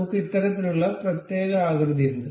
നമ്മുക്ക് ഇത്തരത്തിലുള്ള പ്രത്യേക ആകൃതിയുണ്ട്